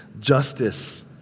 Justice